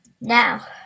Now